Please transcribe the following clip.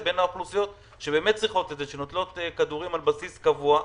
וההיערכות לתחלואת חורף 2021 בצל הקורונה,